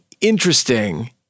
interesting